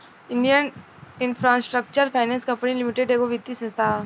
Indian infrastructure finance company limited एगो वित्तीय संस्था ह